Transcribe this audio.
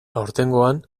aurtengoan